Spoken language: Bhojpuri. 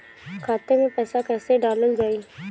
खाते मे पैसा कैसे डालल जाई?